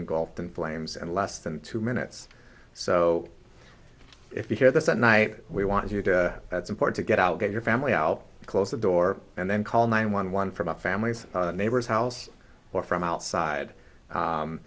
engulfed in flames and less than two minutes so if you hear this at night we want you to that's important get out get your family out close the door and then call nine one one from up families neighbors house or from outside